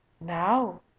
Now